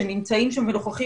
שנמצאים שם ונוכחים,